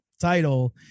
title